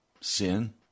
Sin